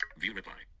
view reply.